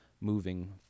moving